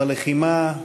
בלחימה,